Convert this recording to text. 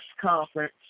conference